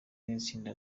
n’itsinda